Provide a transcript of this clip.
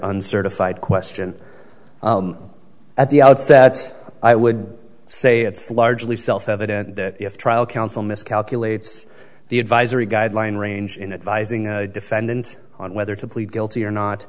uncertified question at the outset i would say it's largely self evident that if the trial counsel miscalculates the advisory guideline range in advising a defendant on whether to plead guilty or not